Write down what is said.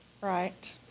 Right